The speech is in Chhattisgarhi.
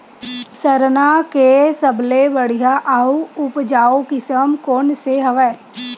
सरना के सबले बढ़िया आऊ उपजाऊ किसम कोन से हवय?